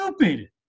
stupid